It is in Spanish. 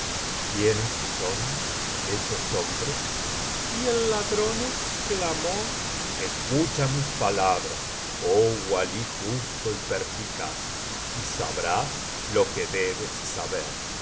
quiénes son esos hombres y el ladrón exclamó escucha mis palabras oh walí justo y perspicaz y sabrás lo que debes saber